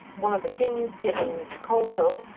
one of the kings giving coleshill,